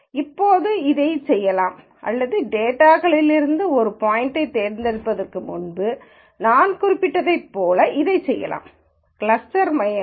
இப்போது நீங்கள் இதைச் செய்யலாம் அல்லது டேட்டாகளில் இல்லாத ஒரு பாய்ன்ட்யைத் தேர்ந்தெடுப்பதற்கு முன்பு நான் குறிப்பிட்டதைப் போல இதைச் செய்யலாம் கிளஸ்டர் மையங்கள்